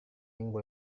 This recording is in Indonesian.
minggu